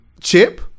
Chip